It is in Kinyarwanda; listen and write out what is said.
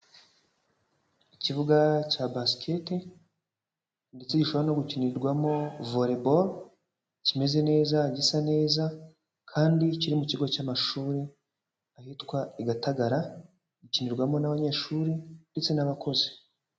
Ikibuga cya basikete ndetse gishobora no gukinirwamo volleyball kimeze neza gisa neza kandi kiri mu kigo cy'amashuri ahitwa i Gatagara gikinirwamo n'abanyeshuri ndetse n'abakozi.